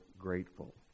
grateful